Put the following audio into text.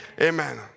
amen